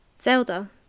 Zelda